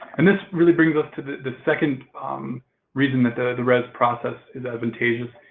and this really brings us to the second reason that the the rez process is advantageous,